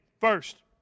First